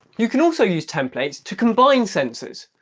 you can also use templates to combine senses,